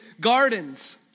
gardens